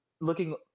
looking